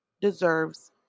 deserves